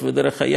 גם זה בבקשה.